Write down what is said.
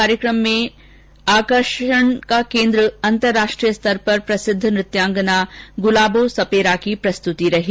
कार्यक्रम में प्रमुख आकर्षण अंतर्राष्ट्रीय स्तर पर प्रसिद्ध नृत्यांगना गुलाबों सपेरा की प्रस्तृति रही